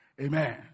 Amen